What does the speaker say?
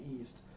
east